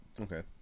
Okay